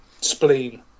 spleen